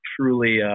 truly